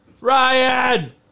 Ryan